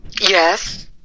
yes